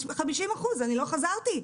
אני לא חזרתי ב-100%.